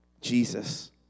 Jesus